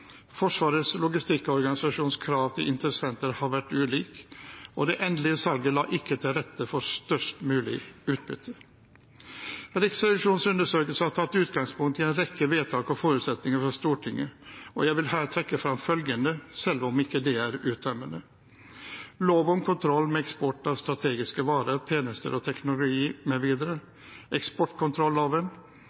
Forsvarets logistikkorganisasjons krav til interessentene har vært ulik. Det endelige salget la ikke til rette for størst mulig utbytte. Riksrevisjonens undersøkelse har tatt utgangspunkt i en rekke vedtak og forutsetninger fra Stortinget. Jeg vil her trekke frem følgende, selv om det ikke er uttømmende: lov om kontroll med eksport av strategiske varer, tjenester og teknologi mv. eksportkontrolloven